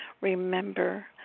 Remember